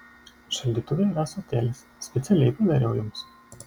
šaldytuve yra ąsotėlis specialiai padariau jums